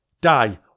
Die